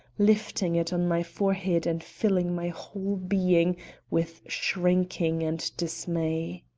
lifting it on my forehead and filling my whole being with shrinking and dismay.